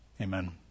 Amen